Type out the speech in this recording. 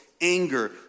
anger